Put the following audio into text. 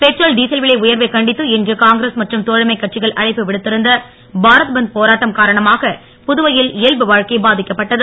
petrol diesel விலை உயர்வை கண்டித்து இன்று காங்கிரஸ் மற்றும் தோழமை கட்சிகள் அழைப்பு விடுத்திருந்த பாரத் பந்த் போராட்டம் காரணமாக புதுவையில் இயல்பு வாழ்க்கை பாதிக்கப்பட்டது